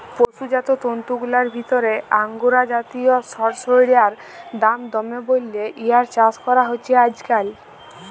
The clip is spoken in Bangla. পসুজাত তন্তুগিলার ভিতরে আঙগোরা জাতিয় সড়সইড়ার দাম দমে বল্যে ইয়ার চাস করা হছে আইজকাইল